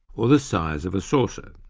or the size of a saucer.